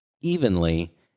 evenly